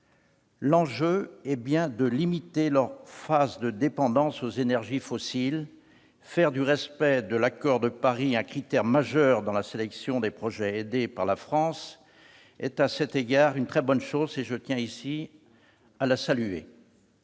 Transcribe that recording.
L'enjeu est bien de limiter leur phase de dépendance aux énergies fossiles. À cet égard, faire du respect de l'accord de Paris un critère majeur dans la sélection des projets aidés par la France est une très bonne chose, et je tiens à saluer